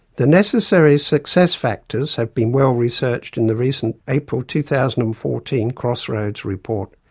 the necessary success factors have been well researched in the recent april two thousand and fourteen crossroads report.